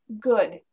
Good